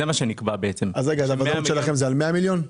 הוודאות שלכם היא על 100 מיליון?